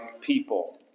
people